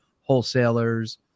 wholesalers